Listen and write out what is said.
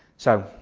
so,